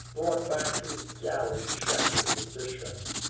brought back his galley shatter'd with the shock.